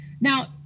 Now